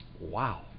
wow